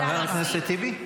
חבר הכנסת אחמד טיבי,